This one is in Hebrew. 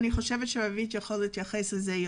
רוית יכולה להתייחס לזה יותר.